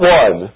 one